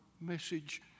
message